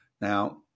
Now